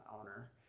owner